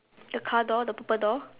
the car door the purple door